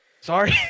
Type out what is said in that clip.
sorry